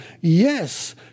Yes